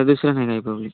दुसरा नाही काय प्रॉब्लेम